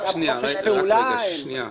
רק שנייה,